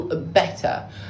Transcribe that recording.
better